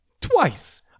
Twice